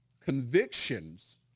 Convictions